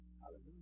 Hallelujah